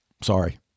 Sorry